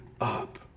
up